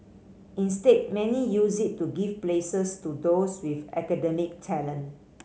instead many use it to give places to those with academic talent